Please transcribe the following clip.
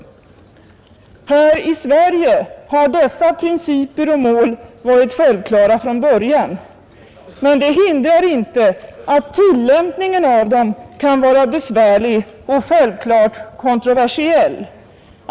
Här i Sverige har dessa principer och mål för biståndsarbetet varit självklara från början, men det hindrar inte att tillämpningen av dem kan vara besvärlig och självklart kontroversiell.